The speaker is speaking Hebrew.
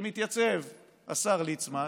כשמתייצב השר ליצמן,